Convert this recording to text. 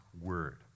word